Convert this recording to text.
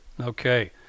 okay